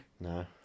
No